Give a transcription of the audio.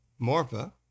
Morpha